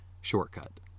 shortcut